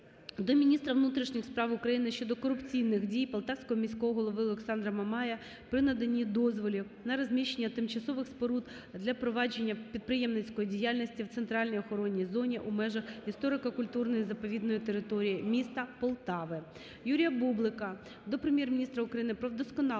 до міністра внутрішніх справ України щодо корупційних дій Полтавського міського голови Олександра Мамая при наданні дозволів на розміщення тимчасових споруд для провадження підприємницької діяльності в центральній охоронній зоні у межах історико-культурної заповідної території міста Полтави. Юрія Бублика до Прем'єр-міністра України про вдосконалення